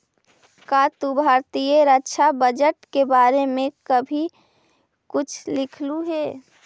का तू भारतीय रक्षा बजट के बारे में कभी कुछ लिखलु हे